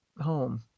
home